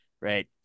right